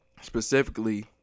specifically